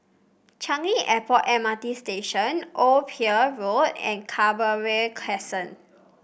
Changi Airport M R T Station Old Pier Road and Canberra Crescent